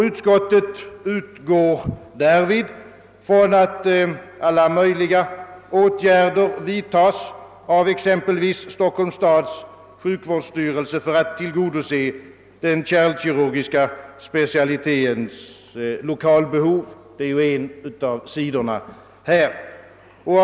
Utskottet utgår därvid från att exempelvis Stockholms stads sjukvårdsstyrelse vidtar alla rimliga åtgärder för att tillgodose det lokala behovet av den kärlkirurgiska specialiteten.